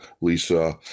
Lisa